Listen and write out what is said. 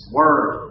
word